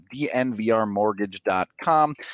DNVRMortgage.com